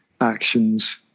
actions